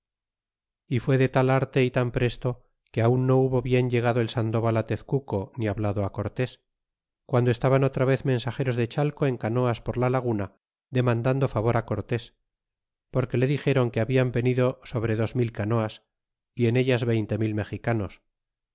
y fue de tal arte y tan presto que aun no hubo bien llegado el sandoval tezcuco ni hablado cortés guando estaban otra vez mensageros de chalco en canoas por la laguna demandando favor cortés porque le dixeron que habian venido sobre dos mil canoas y en ellas veinte mil mexicanos